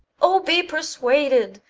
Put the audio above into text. o, be persuaded!